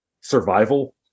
survival